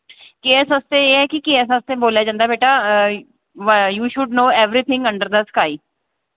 के ऐस्स आस्तै एह् ऐ कि के ऐस्स आस्तेै बोल्लेआ जंदा ऐ बेटा you should know everything under the sky